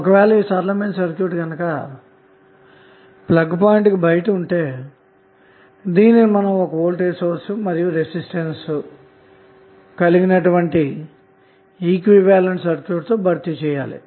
ఒక వేళ ఈ సరళమైన సర్క్యూట్ గనక ప్లగ్ పాయింట్ కి బయట ఉంటె దీనిని ఒక వోల్టేజ్ సోర్స్ మరియు రెసిస్టెన్స్ కలిగినటువంటి ఈక్వివలెంట్ సర్క్యూట్ తో భర్తీ చేయవచ్చు